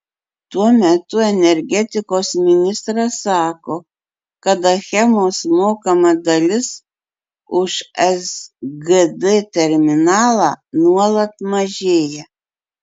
tuo metu energetikos ministras sako kad achemos mokama dalis už sgd terminalą nuolat mažėja